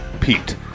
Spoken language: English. Pete